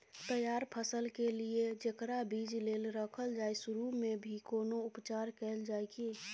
तैयार फसल के लिए जेकरा बीज लेल रखल जाय सुरू मे भी कोनो उपचार कैल जाय की?